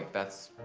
that's